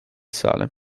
sale